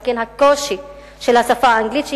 וגם הקושי של השפה האנגלית,